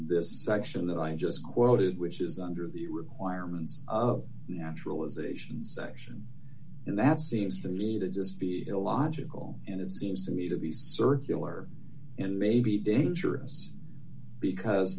this section that i just quoted which is under the requirements of naturalization section and that seems to me to just be illogical and it seems to me to be circular and maybe dangerous because